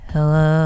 Hello